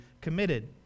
committed